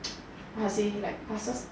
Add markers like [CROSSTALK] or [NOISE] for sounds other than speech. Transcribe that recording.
[NOISE] how to say like passes